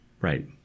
Right